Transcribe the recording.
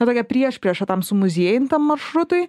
ta tokia priešprieša tam sumuziejintam maršrutui